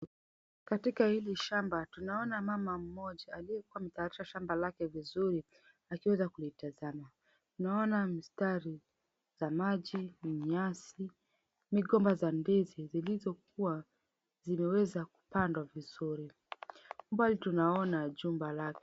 Katika hili shamba tunaona mama mmoja aliyekuwa ametayarisha shamba lake vizuri akiweza kulitazama. Tunaona mistari za maji, ni nyasi, migomba za ndizi zilizokuwa zimeweza kupandwa vizuri. Mbali tunaona jumba lake.